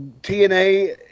TNA